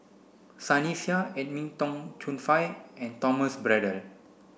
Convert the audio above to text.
Sunny Sia Edwin Tong Chun Fai and Thomas Braddell